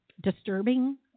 disturbing